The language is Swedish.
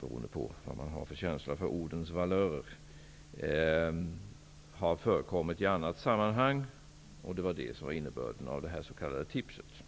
beror på vad man har för känsla för ordens valörer -- har förekommit i annat sammanhang. Det var det som var innebörden av det s.k. tipset.